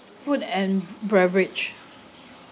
food and beverage